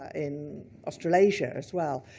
in australasia, as well,